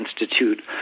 Institute